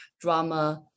drama